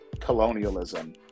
colonialism